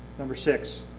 number six.